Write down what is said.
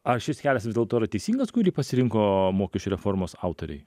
ar šis kelias vis dėlto yra teisingas kurį pasirinko mokesčių reformos autoriai